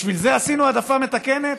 בשביל זה עשינו העדפה מתקנת?